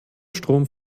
strom